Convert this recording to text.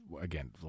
again